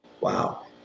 Wow